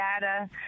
data